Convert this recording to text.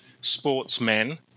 sportsmen